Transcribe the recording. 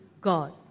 God